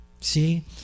See